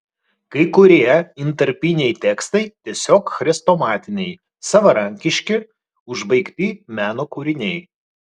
kai kurie intarpiniai tekstai tiesiog chrestomatiniai savarankiški užbaigti meno kūriniai